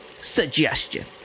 suggestion